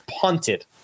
punted